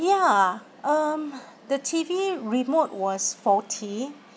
ya um the T_V remote was faulty